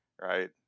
right